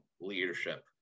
leadership